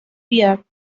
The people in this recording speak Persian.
بیاد